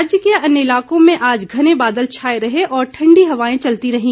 राज्य के अन्य इलाकों में आज घने बादल छाए रहे और ठण्डी हवाएं चलती रहीं